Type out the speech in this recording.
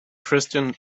kristen